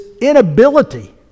inability